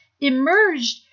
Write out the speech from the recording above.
emerged